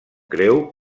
creu